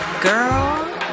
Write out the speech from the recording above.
girl